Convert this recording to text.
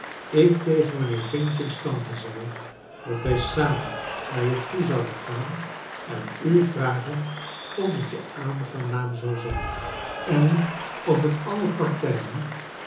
ik tegen mijnheer f's tante zei dat wij samen naar je toe zouden gaan en u vragen of het je aangenaam zou zijn en of het alle partijen